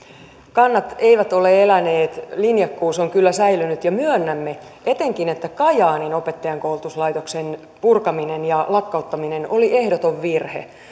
kannat eivät ole eläneet linjakkuus on kyllä säilynyt ja myönnämme etenkin että kajaanin opettajankoulutuslaitoksen purkaminen ja lakkauttaminen oli ehdoton virhe